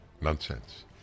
Nonsense